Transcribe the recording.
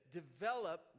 develop